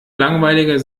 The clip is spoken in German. langweiliger